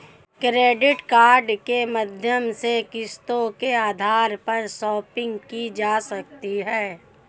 credit card के माध्यम से किस्तों के आधार पर शापिंग की जा सकती है